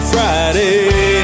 Friday